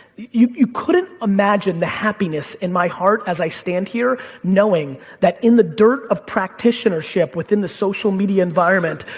you you couldn't imagine the happiness in my heart as i stand here knowing that in the dirt of practitionership within the social media environment,